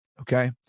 Okay